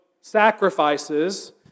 sacrifices